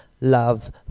Love